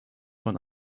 von